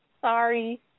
Sorry